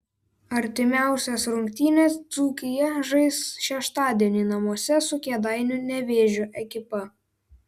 artimiausias rungtynes dzūkija žais šeštadienį namuose su kėdainių nevėžio ekipa